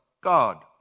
God